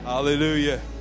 hallelujah